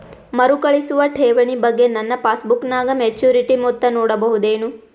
ಮರುಕಳಿಸುವ ಠೇವಣಿ ಬಗ್ಗೆ ನನ್ನ ಪಾಸ್ಬುಕ್ ನಾಗ ಮೆಚ್ಯೂರಿಟಿ ಮೊತ್ತ ನೋಡಬಹುದೆನು?